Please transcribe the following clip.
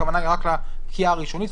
הכוונה היא רק לפקיעה הראשונית,